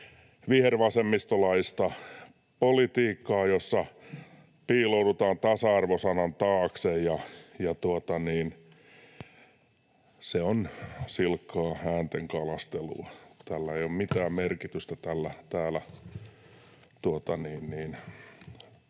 vihervasemmistolaista politiikkaa, jossa piiloudutaan tasa-arvo-sanan taakse, ja se on silkkaa äänten kalastelua. Tällä ei ole mitään merkitystä täällä